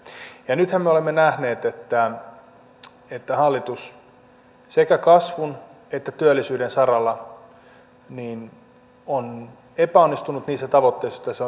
ja nythän me olemme nähneet että hallitus sekä kasvun että työllisyyden saralla on epäonnistunut niissä tavoitteissa joita se on itselleen asettanut